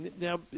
Now